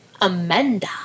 Amanda